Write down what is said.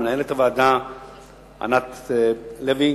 למנהלת הוועדה ענת לוי